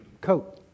coat